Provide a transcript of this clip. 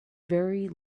very